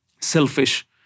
selfish